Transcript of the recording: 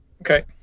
okay